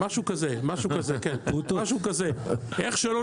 כן, משהו כזה...איך שלא